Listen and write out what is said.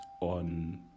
on